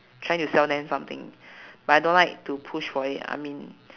trying to sell them something but I don't like to push for it I mean